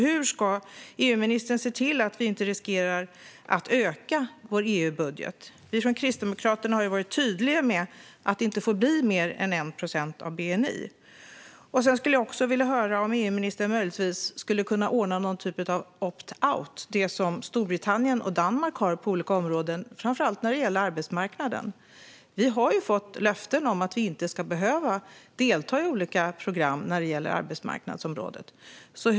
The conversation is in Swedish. Hur ska EU-ministern se till att vi inte riskerar att öka vår EU-budget? Vi från Kristdemokraterna har varit tydliga med att det inte får bli mer än 1 procent av bni. Jag skulle också vilja höra om EU-ministern möjligtvis skulle kunna ordna någon typ av opt-out, som Storbritannien och Danmark har på olika områden, framför allt när det gäller arbetsmarknaden. Vi har fått löften om att vi inte ska behöva delta i olika program på arbetsmarknadsområdet.